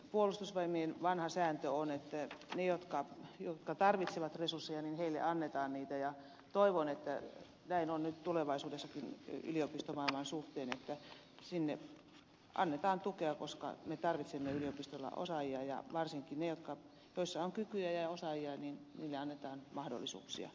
puolustusvoimien vanha sääntö on että niille jotka tarvitsevat resursseja annetaan niitä ja toivon että näin on nyt tulevaisuudessakin yliopistomaailman suhteen että sinne annetaan tukea koska me tarvitsemme yliopistolla osaajia ja varsinkin niille joilla on kykyä ja osaajia annetaan mahdollisuuksia